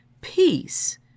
peace